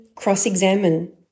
cross-examine